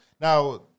Now